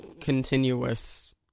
continuous